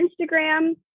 instagram